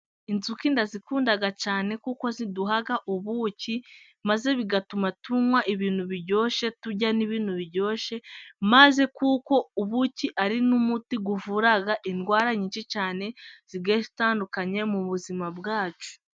Inzuki ndazikunda cyane kuko ziduhaga ubuki, maze bigatuma tunywa ibintu biryoshye, turya n'ibintu biryoshye. Maze kuko ubuki ari n'umuti uvura indwara nyinshi cyane zitandukanye mu buzima bwacu.